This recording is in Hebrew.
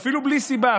אפילו בלי סיבה,